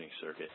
circuit